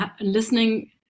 listening